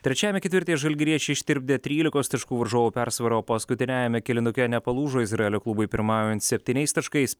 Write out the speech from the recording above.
trečiajame ketvirtyje žalgiriečiai ištirpdė trylikos taškų varžovų persvarą o paskutiniajame kėlinuke nepalūžo izraelio klubui pirmaujant septyniais taškais